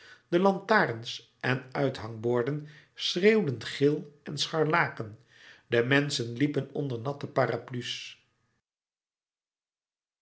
de lantarens en uithangborden schreeuwden geel en scharlaken de menschen liepen onder natte parapluies